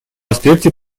аспекте